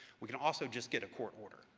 we can also just get a court order,